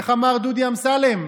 איך אמר דודי אמסלם,